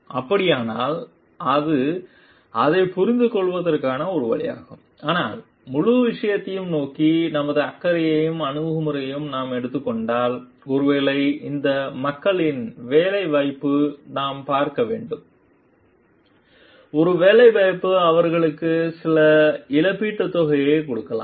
எனவே அப்படியானால் அது அதைப் புரிந்துகொள்வதற்கான ஒரு வழியாகும் ஆனால் முழு விஷயத்தையும் நோக்கிய நமது அக்கறையான அணுகுமுறையை நாம் எடுத்துக்கொண்டால் ஒருவேளை இந்த மக்களின் வேலைவாய்ப்பை நாம் பார்க்க வேண்டும் ஒருவேளை அவர்களுக்கு சில இழப்பீட்டுத் தொகையைக் கொடுக்கலாம்